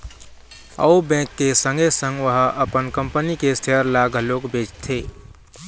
अउ बेंक के संगे संग ओहा अपन कंपनी के सेयर ल घलोक बेचथे